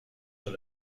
sur